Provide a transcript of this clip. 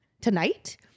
tonight